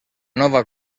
nova